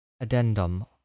Addendum